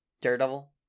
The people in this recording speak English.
Daredevil